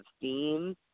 themes